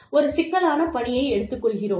ஒரு சிக்கலான பணியை எடுத்துக் கொள்கிறோம்